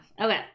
Okay